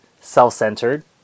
self-centered